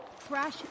crash